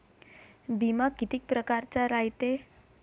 बिमा कितीक परकारचा रायते?